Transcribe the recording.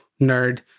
nerd